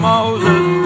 Moses